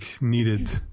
needed